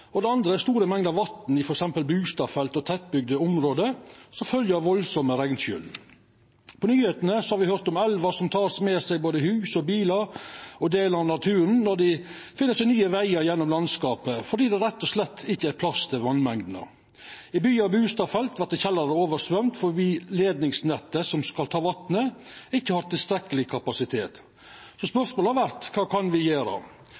Det andre er store mengder vatn i f.eks. bustadfelt og tettbygde område som følgje av veldige regnskol. På nyheitene har me høyrt om elvar som tek med seg både hus og bilar og delar av naturen når dei finn seg nye vegar gjennom landskapet fordi det rett og slett ikkje er plass til vassmengdene. I byar og bustadfelt vert kjellarar fløymde over fordi leidningsnettet som skal ta vatnet, ikkje har tilstrekkeleg kapasitet. Spørsmålet har vore: Kva kan me gjera?